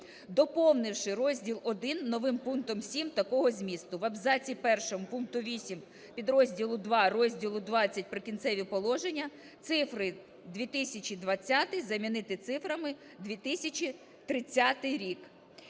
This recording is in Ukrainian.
доповнивши розділ І новим пунктом 7 такого змісту: в абзаці першому пункту 8 підрозділу ІІ розділу ХХ "Прикінцеві положення" цифри "2020" замінити цифрами "2030 рік".